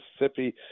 Mississippi –